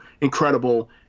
incredible